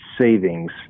savings